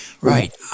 Right